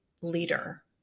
leader